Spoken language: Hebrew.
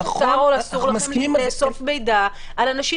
האם מותר או אסור לכם לאסוף מידע על אנשים